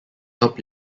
help